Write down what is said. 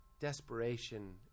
desperation